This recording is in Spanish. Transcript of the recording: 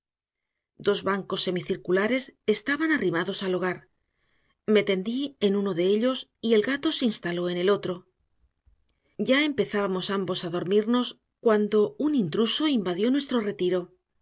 dos bancos semicirculares estaban arrimados al hogar me tendí en uno de ellos y el gato se instaló en el otro ya empezábamos ambos a dormirnos cuando un intruso invadió nuestro retiro